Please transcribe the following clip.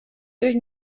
durch